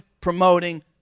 promoting